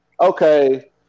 Okay